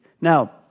Now